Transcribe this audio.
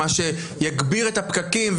מה שיגביר את הפקקים,